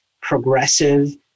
progressive